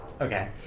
Okay